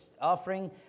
offering